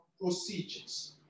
procedures